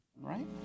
right